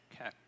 Okay